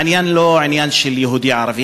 העניין הוא לא עניין של יהודי ערבי,